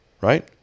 right